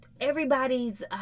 everybody's